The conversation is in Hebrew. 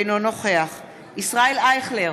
אינו נוכח ישראל אייכלר,